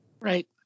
Right